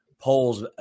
polls